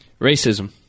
racism